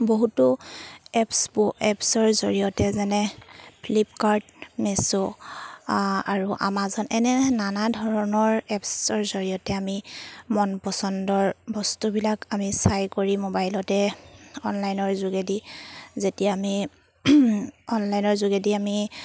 বহুতো এপছ এপছৰ জৰিয়তে যেনে ফ্লিপকাৰ্ট মেচো আৰু আমাজন এনে নানা ধৰণৰ এপছৰ জৰিয়তে আমি মন পচন্দৰ বস্তুবিলাক আমি চাই কৰি মোবাইলতে অনলাইনৰ যোগেদি যেতিয়া আমি অনলাইনৰ যোগেদি আমি